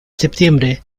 septiembre